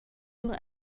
lur